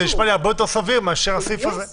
זה נשמע לי הרבה יותר סביר מאשר הסעיף הזה.